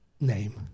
name